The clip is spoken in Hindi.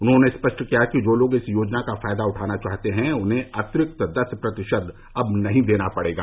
उन्होंने स्पष्ट किया कि जो लोग इस योजना का फायदा उठाना चाहते हैं उन्हें अतिरिक्त दस प्रतिशत अब नहीं देना पड़ेगा